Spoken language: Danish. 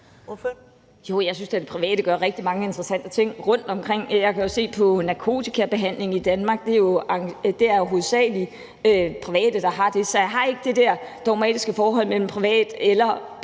jeg synes da, det private gør rigtig mange interessante ting rundtomkring. Jeg kan jo, hvad angår narkotikabehandlingen i Danmark, se, at det hovedsagelig er private, der har med det at gøre. Så jeg har ikke det der dogmatiske forhold til, om det